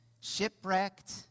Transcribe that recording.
shipwrecked